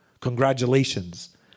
Congratulations